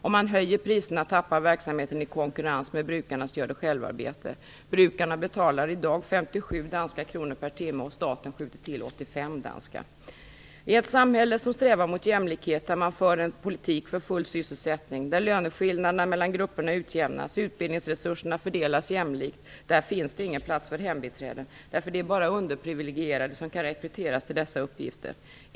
Om man höjer priserna tappar verksamheten i konkurrens med brukarnas gör-det-själv-arbete. Brukarna betalar i dag 57 danska kronor per timme, och staten skjuter till 85 danska kronor. I ett samhälle som strävar mot jämlikhet och där man för en politik för full sysselsättning, där löneskillnaderna mellan grupper utjämnas och där utbildningsresurserna fördelas jämlikt finns ingen plats för hembiträden därför att det bara är underprivilegierade som kan rekryteras till sådana uppgifter.